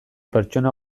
pertsona